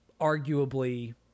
arguably